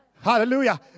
hallelujah